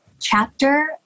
chapter